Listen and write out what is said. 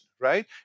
right